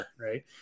Right